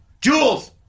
Jules